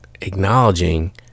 acknowledging